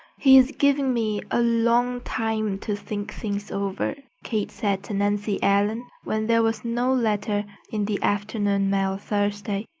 he is giving me a long time to think things over, kate said to nancy ellen when there was no letter in the afternoon mail thursday.